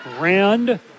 Rand